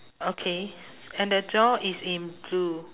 okay and the door is in blue